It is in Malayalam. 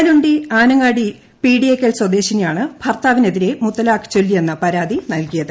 കടലുണ്ടി ആനങ്ങാടി പീടിയേക്കൽ സ്വദേശിനിയാണ് ഭർത്താവിനെതിരെ മുത്തലാഖ് ചൊല്ലിയെന്ന പരാതി നൽകിയത്